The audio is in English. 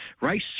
Race